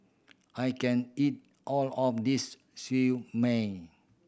I can't eat all of this Siew Mai